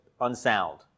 unsound